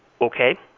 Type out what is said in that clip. Okay